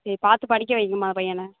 சரி பார்த்து படிக்க வைங்க அம்மா அந்த பையனை